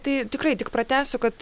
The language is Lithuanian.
tai tikrai tik pratęsiu kad